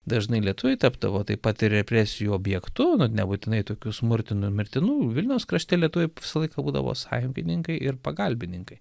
dažnai lietuviai tapdavo taip pat ir represijų objektu na nebūtinai tokių smurtinių mirtinų vilniaus krašte lietuviai visą laiką būdavo sąjungininkai ir pagalbininkai